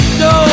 no